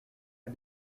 est